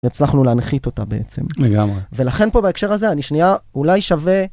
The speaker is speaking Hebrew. יצלחנו להנחית אותה בעצם. לגמרי. ולכן פה בהקשר הזה אני שנייה אולי שווה...